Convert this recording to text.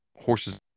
horses